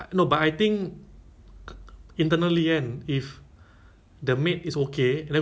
I think the the maid will will have no problem to have link somewhere and then get time off ah right